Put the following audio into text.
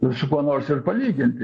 ir su kuo nors ir palyginti